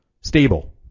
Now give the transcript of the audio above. stable